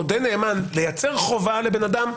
עוד אין נאמן - לייצר חובה לאדם.